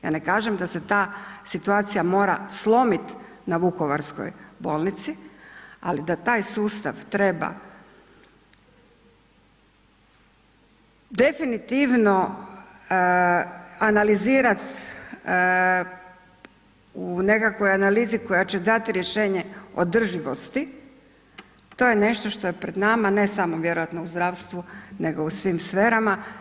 Ja ne kažem da se ta situacija mora slomiti na Vukovarskoj bolnici, ali da taj sustav treba definitivno analizirat u nekakvoj analizi koja će dati rješenje održivosti, to je nešto što je pred nama, ne samo vjerojatno u zdravstvu nego u svim sferama.